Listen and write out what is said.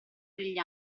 degli